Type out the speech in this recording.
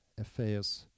affairs